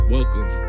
Welcome